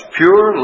pure